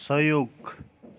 सहयोग